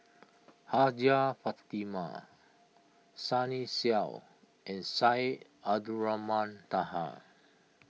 Hajjah Fatimah Sunny Sia and Syed Abdulrahman Taha